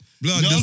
Blood